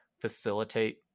facilitate